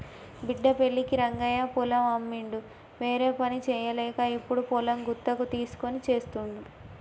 బిడ్డ పెళ్ళికి రంగయ్య పొలం అమ్మిండు వేరేపని చేయలేక ఇప్పుడు పొలం గుత్తకు తీస్కొని చేస్తుండు